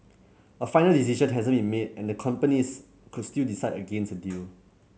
a final decision hasn't been made and the companies could still decide against a deal